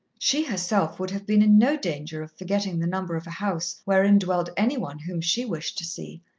she herself would have been in no danger of forgetting the number of a house wherein dwelt any one whom she wished to see,